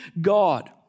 God